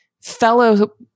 fellow